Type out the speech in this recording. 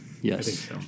Yes